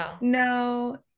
No